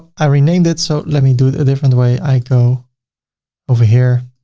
i renamed it. so let me do it a different way. i go over here.